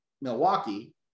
Milwaukee